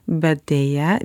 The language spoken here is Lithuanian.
bet deja